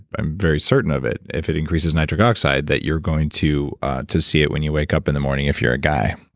i'm very certain of it, if it increases nitric oxide, that you're going to to see it when you wake up in the morning if you're a guy.